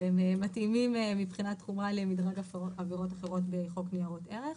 מתאימים מבחינת חומרה למדרג העבירות האחרות בחוק ניירות ערך.